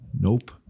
Nope